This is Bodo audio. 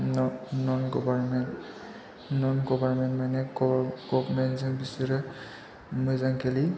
न'न गभर्नमेन्ट न'न गभर्नमेन्ट माने गभर्नमेन्टजों बिसोरो मोजांयै